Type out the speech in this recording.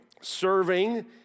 serving